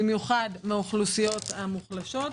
במיוחד מהאוכלוסיות המוחלשות,